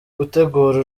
gutegura